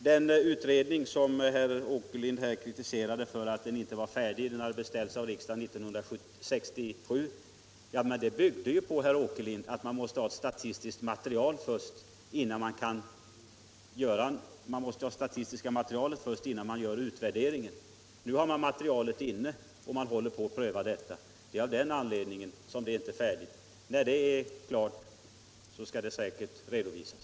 Den utredning som herr Åkerlind här kritiserade därför att den inte var färdig — den hade beställts av riksdagen år 1967 — byggde ju, herr Åkerlind, på förutsättningen att man måste ha det statistiska materialet innan man kunde göra utvärderingen. Nu har man materialet tillgängligt och håller på att pröva detta. Det är av den anledningen som utredningen inte blivit färdig, men när denna prövning är klar skall resultatet säkert redovisas.